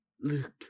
Luke